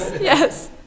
yes